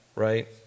Right